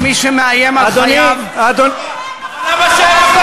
את מי שהיה יו"ר הכנסת.